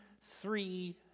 three